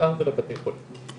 השאר זה לבתי חולים.